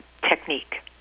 technique